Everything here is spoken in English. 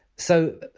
so,